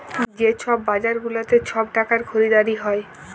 যে ছব বাজার গুলাতে ছব টাকার খরিদারি হ্যয়